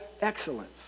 excellence